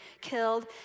killed